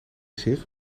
zich